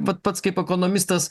vat pats kaip ekonomistas